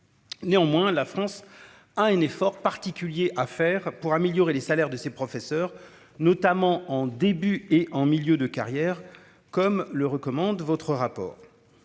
néanmoins la France un un effort particulier à faire pour améliorer les salaires de ses professeurs, notamment en début et en milieu de carrière comme le recommande votre rapport